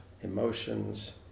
emotions